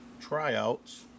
tryouts